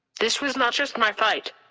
this was not just my fight,